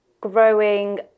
growing